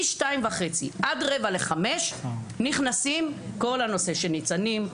מ-14:30 עד 16:45 נכנסים כל הנושא של ניצנים,